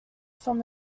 from